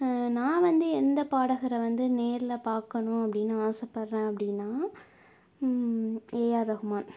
நான் வந்து எந்த பாடகரை வந்து நேரில் பார்க்கணும் அப்படினு ஆசைப்பட்றேன் அப்படினா ஏஆர் ரகுமான்